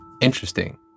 Interesting